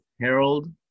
Harold